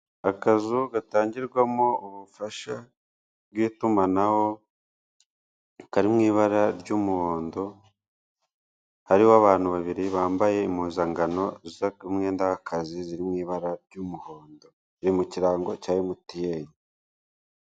Akazu gatangirwamo ubufasha bw'itumanaho kari mu ibara ry'umuhondo, hariho abantu babiri bambaye impuzankano z'umwenda w'akazi ziri mu ibara ry'umuhondo, riri mu kirango cya emutiyene.